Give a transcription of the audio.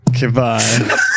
Goodbye